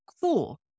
cool